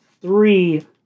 three